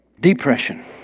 Depression